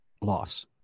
loss